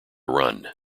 run